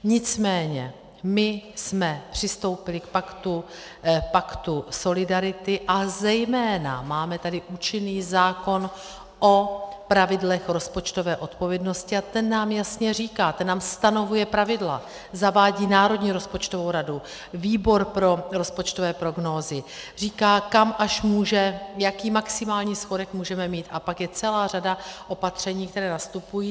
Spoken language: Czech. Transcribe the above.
Nicméně my jsme přistoupili k paktu solidarity a zejména máme tady účinný zákon o pravidlech rozpočtové odpovědnosti a ten nám jasně říká, ten nám stanovuje pravidla, zavádí Národní rozpočtovou radu, Výbor pro rozpočtové prognózy, říká, jaký maximální schodek můžeme mít, a pak je celá řada opatření, která nastupují.